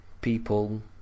people